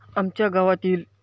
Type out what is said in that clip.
आमच्या गावातील